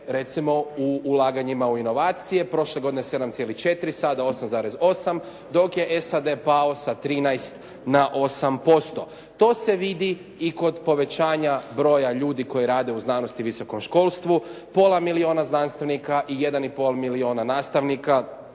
recimo u ulaganjima u inovacije. Prošle godine 7,4 sada 8,8 dok je SAD pao sa 13 na 8%. To se vidi i kod povećanja broja ljudi koji rade u znanosti i visokom školstvu. Pola milijuna znanstvenika i jedan i pol milijun nastavnika